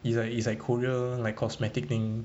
it's like it's like korea like cosmetic thing